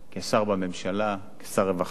כשר בממשלה, כשר רווחה.